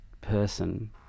person